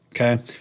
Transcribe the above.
Okay